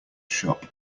shop